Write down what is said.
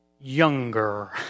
younger